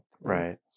right